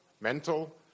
mental